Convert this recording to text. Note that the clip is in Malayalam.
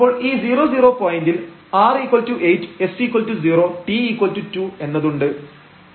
അപ്പോൾ ഈ 00 പോയന്റിൽ r8 s0 t2 എന്നതുണ്ട്